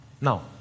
now